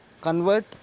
convert